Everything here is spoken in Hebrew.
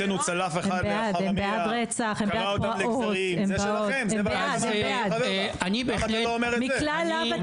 התנגדות הוצאנו צלף אחד -- זה שלכם למה אתה לא אומר את זה.